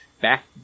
back